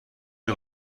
این